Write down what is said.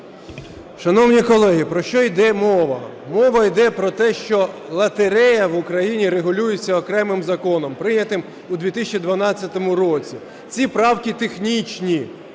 Шановні колеги, про що йде мова? Мова йде про те, що лотерея в Україні регулюється окремим законом, прийнятим у 2012 році. Ці правки технічні,